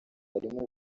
harimo